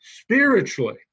spiritually